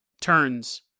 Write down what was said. turns